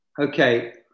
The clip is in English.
Okay